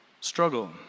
struggle